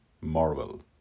Marvel